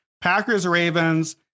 Packers-Ravens